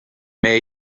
meie